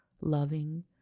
loving